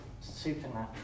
Supernatural